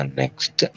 next